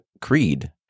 creed